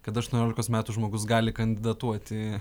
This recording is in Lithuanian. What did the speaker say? kad aštuoniolikos metų žmogus gali kandidatuoti